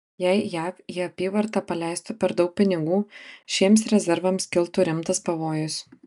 jei jav į apyvartą paleistų per daug pinigų šiems rezervams kiltų rimtas pavojus